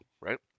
right